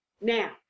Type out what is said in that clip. Now